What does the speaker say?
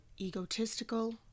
egotistical